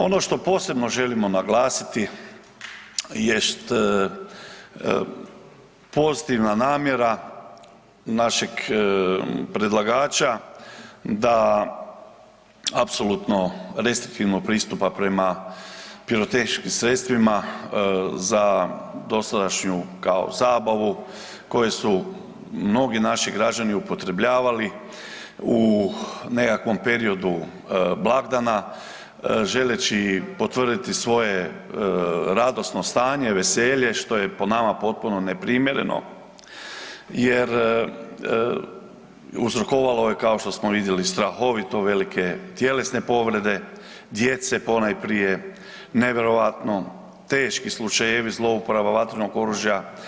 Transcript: Ono što posebno želimo naglasiti jest pozitivna namjera našeg predlagača da apsolutno restriktivno pristupa prema pirotehničkim sredstvima za dosadašnju kao zabavu koje su mnogi naši građani upotrebljavali u nekakvom periodu blagdana želeći potvrditi svoje radosno stanje, veselje što je po nama potpuno neprimjereno jer uzrokovalo je kao što smo vidjeli strahovito velike tjelesne povrede djece ponajprije, nevjerojatno teški slučajevi zlouporaba vatrenog oružja.